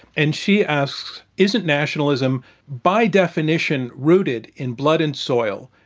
and she asks, isn't nationalism by definition rooted in blood and soil?